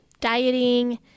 dieting